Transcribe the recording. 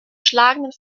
schlagenden